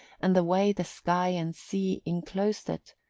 and the way the sky and sea enclosed it,